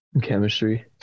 chemistry